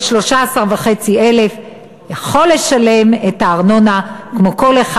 13,500 ש"ח יכול לשלם את הארנונה כמו כל אחד,